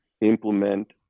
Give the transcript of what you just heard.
implement